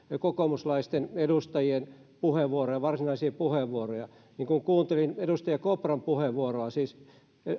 kokoomuslaisten edustajien puheenvuoroja varsinaisia puheenvuoroja ja kun kuuntelin edustaja kopran puheenvuoroa siis